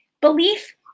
Belief